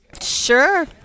Sure